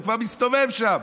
הוא כבר מסתובב שם.